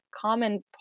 common